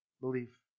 belief